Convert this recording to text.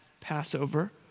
Passover